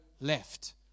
left